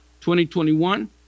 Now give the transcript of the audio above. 2021